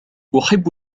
أحب